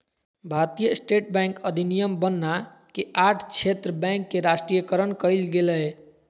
भारतीय state bank अधिनियम बनना के आठ क्षेत्र बैंक के राष्ट्रीयकरण कइल गेलय